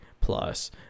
plus